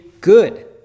good